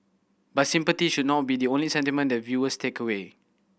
but sympathy should not be the only sentiment that viewers take away